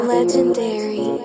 Legendary